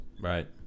Right